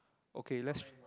okay let's